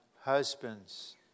husbands